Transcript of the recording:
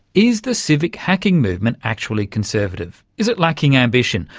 is the civic hacking movement actually conservative, is it lacking ambition?